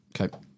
Okay